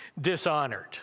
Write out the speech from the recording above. dishonored